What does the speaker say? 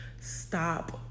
stop